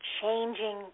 changing